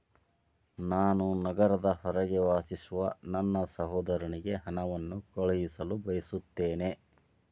ನಾನು ನಗರದ ಹೊರಗೆ ವಾಸಿಸುವ ನನ್ನ ಸಹೋದರನಿಗೆ ಹಣವನ್ನು ಕಳುಹಿಸಲು ಬಯಸುತ್ತೇನೆ